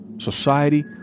Society